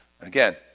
Again